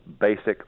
basic